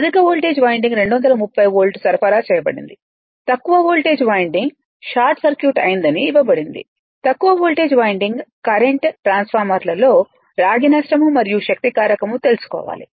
అధిక voltage winding 230 volt సరఫరా చేయబడింది తక్కువ వోల్టేజ్ వైండింగ్ షార్ట్ సర్క్యూట్ అయుందని ఇవ్వబడింది తక్కువ వోల్టేజ్ వైండింగ్ కరెంట్ ట్రాన్స్ఫార్మర్లో రాగి నష్టం మరియు శక్తి కారకం తెలుసుకోవాలి